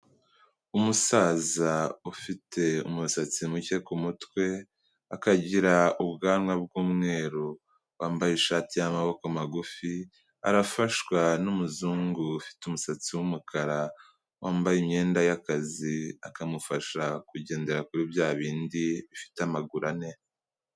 Umusaza ufite umusatsi muke ku mutwe, akagira ubwanwa bw'umweru, wambaye ishati y'amaboko magufi, arafashwa n'umuzungu ufite umusatsi w'umukara, wambaye imyenda y'akazi, akamufasha kugendera kuri bya bindi, bifite amaguru ane.